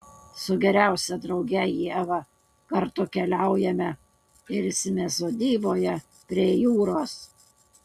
su geriausia drauge ieva kartu keliaujame ilsimės sodyboje prie jūros